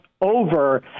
over